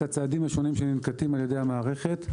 הצעדים הראשונים שננקטים על ידי המערכת.